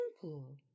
simple